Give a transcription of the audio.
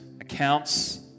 accounts